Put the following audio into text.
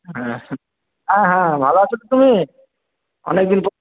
হুম হ্যাঁ হ্যাঁ ভালো আছো তো তুমি অনেকদিন প